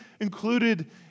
included